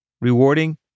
Rewarding